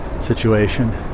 situation